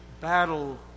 battle